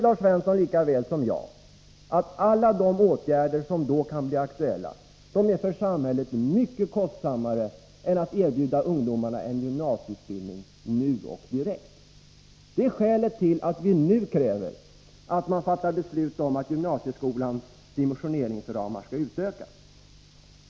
Lars Svensson vet lika väl som jag att alla de åtgärder som då kan bli aktuella är mycket kostsammare för samhället än att erbjuda ungdomarna en gymnasieutbildning nu direkt. Det är skälet till att vi nu kräver att riksdagen fattar beslut om att gymnasieskolans dimensioneringsramar skall utökas.